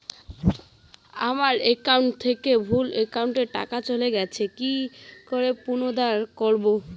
আমার একাউন্ট থেকে ভুল একাউন্টে টাকা চলে গেছে কি করে পুনরুদ্ধার করবো?